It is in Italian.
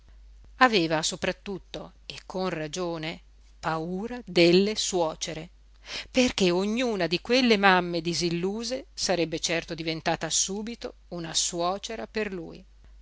sopra tutto e con ragione paura delle suocere perché ognuna di quelle mamme disilluse sarebbe certo diventata subito una suocera per lui